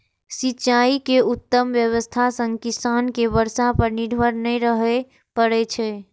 सिंचाइ के उत्तम व्यवस्था सं किसान कें बर्षा पर निर्भर नै रहय पड़ै छै